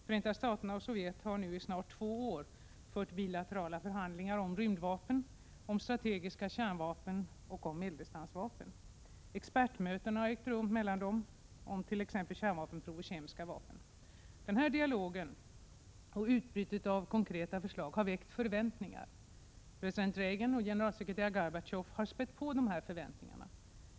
Förenta staterna och Sovjetunionen har nu i snart två år fört bilaterala förhandlingar om rymdvapen, strategiska kärnvapen och medeldistansvapen. Expertmöten har ägt rum mellan dem om t.ex. kärnvapenprov och kemiska vapen. Denna dialog och utbytet av konkreta förslag har väckt förväntningar. President Reagan och generalsekreterare Gorbatjov har spätt på dessa förväntningar.